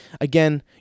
again